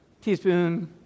Teaspoon